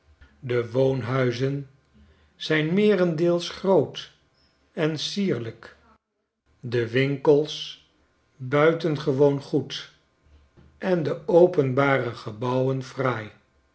de woonhuizen zijn meerendeels groot en sierlijk de winkels buitengewoon goed en de openbare gebouwen